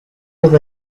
with